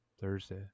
Thursday